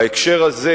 בהקשר הזה,